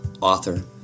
author